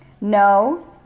No